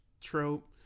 trope